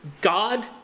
God